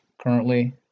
currently